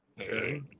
Okay